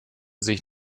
sich